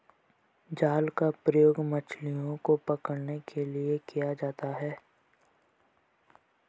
जाल का प्रयोग मछलियो को पकड़ने के लिये किया जाता है